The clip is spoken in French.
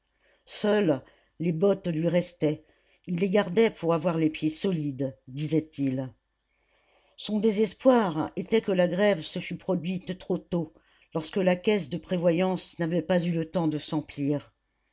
seules les bottes lui restaient il les gardait pour avoir les pieds solides disait-il son désespoir était que la grève se fût produite trop tôt lorsque la caisse de prévoyance n'avait pas eu le temps de s'emplir